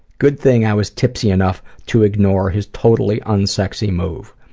good thing i was tipsy enough to ignore his totally unsexy move.